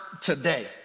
today